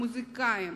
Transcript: המוזיקאים,